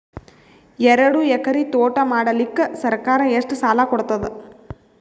ಎರಡು ಎಕರಿ ತೋಟ ಮಾಡಲಿಕ್ಕ ಸರ್ಕಾರ ಎಷ್ಟ ಸಾಲ ಕೊಡತದ?